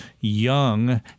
young